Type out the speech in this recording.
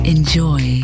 Enjoy